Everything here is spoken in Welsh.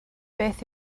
beth